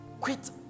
quit